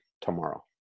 tomorrow